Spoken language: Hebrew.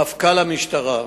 מפכ"ל המשטרה,